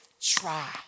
try